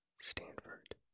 Stanford